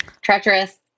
Treacherous